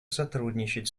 сотрудничать